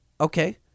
Okay